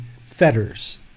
fetters